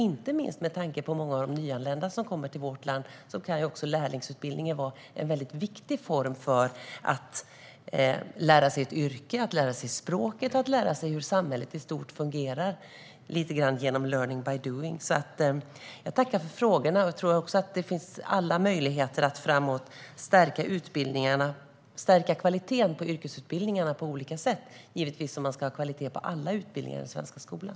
Inte minst för de många nyanlända som kommer till vårt land kan lärlingsutbildningen vara en väldigt viktig form för att lära sig ett yrke, lära sig språket och lära sig hur samhället i stort fungerar genom learning by doing. Jag tackar för frågorna, och jag tror att det finns alla möjligheter att på olika sätt stärka kvaliteten på yrkesutbildningarna framöver, även om man givetvis ska ha kvalitet på alla utbildningar i den svenska skolan.